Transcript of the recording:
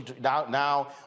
now